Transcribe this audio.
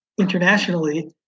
internationally